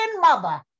mother